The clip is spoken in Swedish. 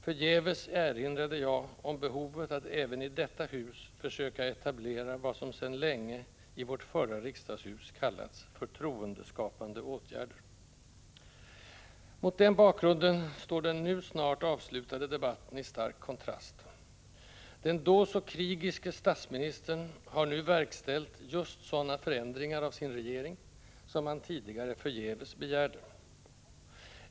Förgäves erinrade jag om behovet att även i detta hus försöka etablera vad som sedan länge i vårt förra riksdagshus kallats ”förtroendeskapande åtgärder”. Mot den bakgrunden står den nu snart avslutade debatten i stark kontrast. Den då så krigiske statsministern har nu verkställt just sådana förändringar av sin regering, som man tidigare förgäves begärde.